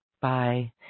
Bye